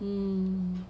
mm